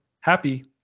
happy